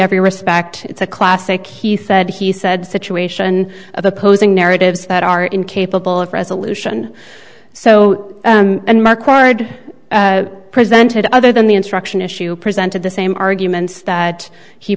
every respect it's a classic he said he said situation of opposing narratives that are incapable of resolution so and marquard presented other than the instruction issue presented the same arguments that he